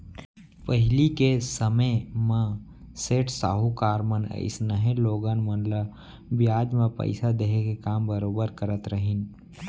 पहिली के समे म सेठ साहूकार मन अइसनहे लोगन मन ल बियाज म पइसा देहे के काम बरोबर करत रहिन